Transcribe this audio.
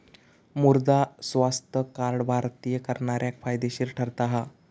मृदा स्वास्थ्य कार्ड भारतीय करणाऱ्याक फायदेशीर ठरता हा